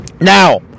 Now